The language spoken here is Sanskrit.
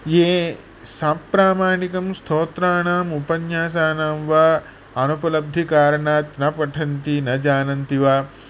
ये सप्रामाणिकं स्तोत्राणाम् उपन्यासानां वा आनुपलब्धिकारणात् न पठन्ति न जानन्ति वा